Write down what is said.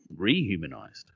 rehumanized